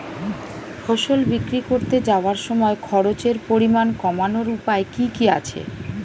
ফসল বিক্রি করতে যাওয়ার সময় খরচের পরিমাণ কমানোর উপায় কি কি আছে?